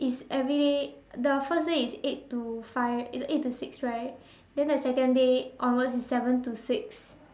it's everyday the first day is eight to five eight eight to six right then the second day onwards is seven to six